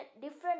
different